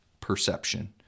perception